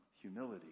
humility